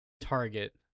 Target